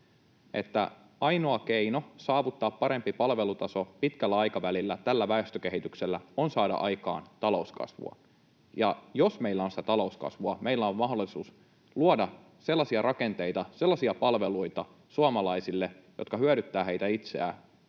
vie. Ainoa keino saavuttaa parempi palvelutaso pitkällä aikavälillä tällä väestökehityksellä on saada aikaan talouskasvua. Ja jos meillä on sitä talouskasvua, meillä on mahdollisuus luoda suomalaisille sellaisia rakenteita, sellaisia palveluita, jotka hyödyttävät heitä itseään